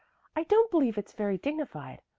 i don't believe it's very dignified.